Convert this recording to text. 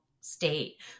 state